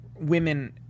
women